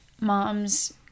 moms